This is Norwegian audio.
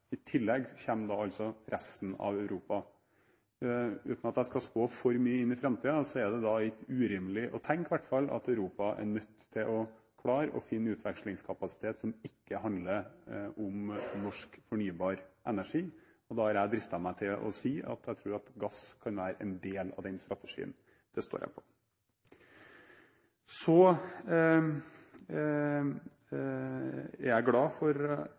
I tillegg kommer da altså resten av Europa. Uten at jeg skal spå for mye inn i framtiden, er det ikke urimelig å tenke at Europa er nødt til å klare å finne utvekslingskapasitet som ikke handler om norsk fornybar energi. Da har jeg dristet meg til å si at jeg tror at gass kan være en del av den strategien, og det står jeg på. Jeg er glad for